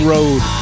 Road